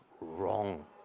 wrong